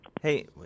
Hey